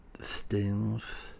stings